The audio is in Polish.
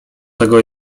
tego